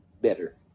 better